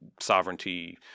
sovereignty